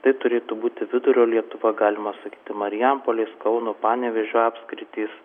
tai turėtų būti vidurio lietuva galima sakyti marijampolės kauno panevėžio apskritys